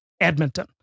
Edmonton